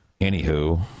Anywho